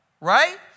right